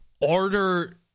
order